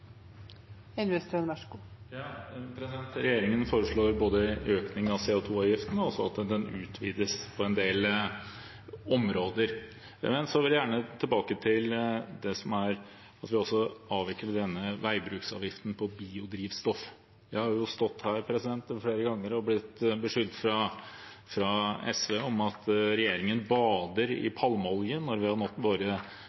at den utvides på en del områder. Men jeg vil gjerne tilbake til det med å avvikle veibruksavgiften på biodrivstoff. Jeg har stått her flere ganger og blitt beskyldt av SV for at regjeringen bader i